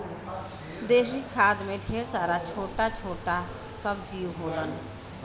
देसी खाद में ढेर सारा छोटा छोटा सब जीव होलन